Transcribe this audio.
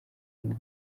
ngo